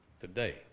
today